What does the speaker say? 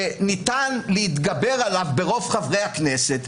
שניתן להתגבר עליו ברוב חברי הכנסת,